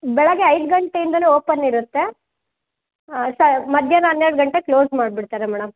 ಬೆಳಿಗ್ಗೆ ಐದು ಗಂಟೆಯಿಂದನೇ ಓಪನ್ ಇರುತ್ತೆ ಸ ಮಧ್ಯಾಹ್ನ ಹನ್ನೆರಡು ಗಂಟೆಗೆ ಕ್ಲೋಸ್ ಮಾಡಿಬಿಡ್ತಾರೆ ಮೇಡಮ್